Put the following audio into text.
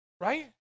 right